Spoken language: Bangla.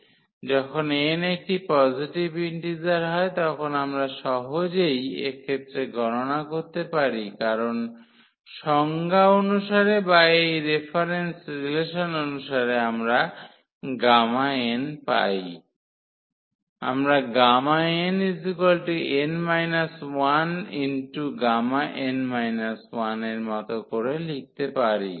সুতরাং যখন n একটি পজিটিভ ইন্টিজার হয় তখন আমরা সহজেই এক্ষেত্রে গণনা করতে পারি কারণ সংজ্ঞা অনুসারে বা এই রেফারেন্স রিলেশন অনুসারে আমরা n পাই আমরা nΓ এর মতো করে লিখতে পারি